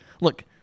Look